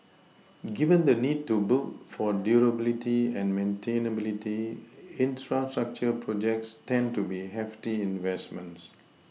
given the need to build for durability and maintainability infrastructure projects tend to be hefty investments